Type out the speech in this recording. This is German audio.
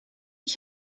ich